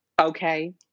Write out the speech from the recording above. okay